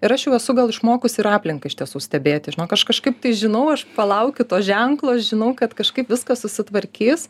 ir aš jau esu gal išmokusi ir aplinką iš tiesų stebėti žinok aš kažkaip tai žinau aš palaukiu to ženklo aš žinau kad kažkaip viskas susitvarkys